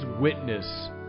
witness